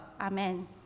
Amen